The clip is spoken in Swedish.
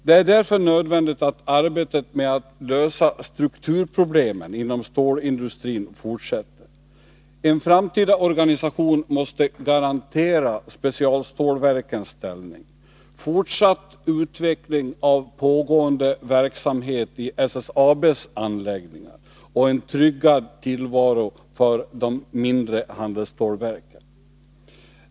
Det är därför nödvändigt att arbetet med att lösa strukturproblemen inom stålindustrin fortsätter. En framtida organisation måste garantera specialstålverkens ställning, fortsatt utveckling av pågående verksamhet i SSAB:s anläggningar och en tryggad tillvaro för de mindre handelsstålverken.